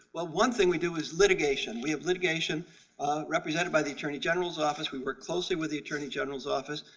well, one thing we do is litigation. we have litigation represented by the attorney general's office. we work closely with the attorney general's office.